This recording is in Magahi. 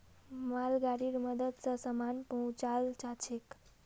मालगाड़ीर मदद स सामान पहुचाल जाछेक